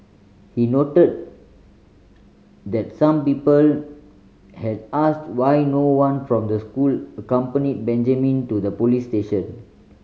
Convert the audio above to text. he noted that some people had asked why no one from the school accompanied Benjamin to the police station